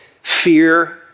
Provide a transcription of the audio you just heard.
Fear